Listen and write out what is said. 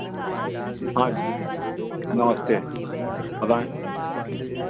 हाँ जी नमस्ते बताएँ